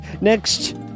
Next